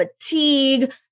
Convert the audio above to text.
fatigue